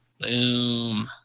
Boom